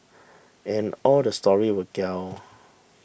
and all the story were gelled